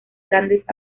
grandes